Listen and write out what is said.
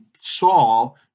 Saul